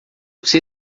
você